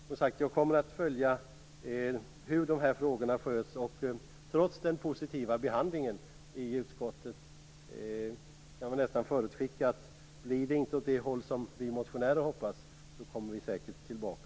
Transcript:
Jag kommer, som sagt, att följa hur dessa frågor sköts. Trots den positiva behandlingen i utskottet kan jag nästan förutskicka att vi, om det inte går åt det håll som vi motionärer hoppas, säkert kommer tillbaka.